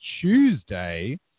tuesday